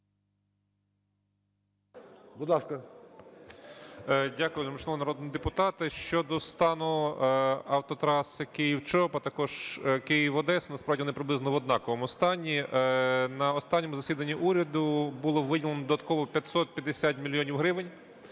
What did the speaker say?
Дякую. Вельмишановні народні депутати, щодо стану автотраси Київ-Чоп, а також Київ-Одеса. Насправді вони приблизно в однаковому стані. На останньому засіданні уряду було виділено додаткових 550 мільйонів